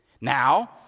Now